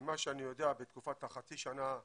ממה שאני יודע בתקופת החצי שנה,